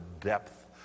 depth